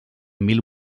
mil